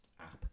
app